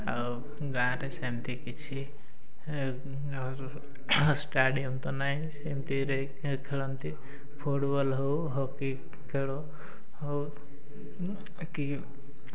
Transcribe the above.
ଆଉ ଗାଁ'ରେ ସେମିତି କିଛି ଷ୍ଟାଡ଼ିୟମ୍ ତ ନାହିଁ ସେମିତିରେ ଖେଳନ୍ତି ଫୁଟବଲ୍ ହେଉ ହକି ଖେଳ ହେଉ କି